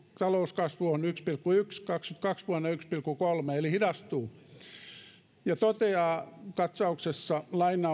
talouskasvu on yksi pilkku yksi prosenttia ja kaksituhattakaksikymmentäkaksi vuonna yksi pilkku kolme prosenttia eli se hidastuu suomen pankki toteaa katsauksessaan